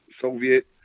Soviet